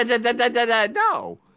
No